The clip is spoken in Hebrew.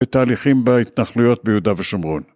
בתהליכים בהתנחלויות ביהודה ושומרון